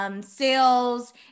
sales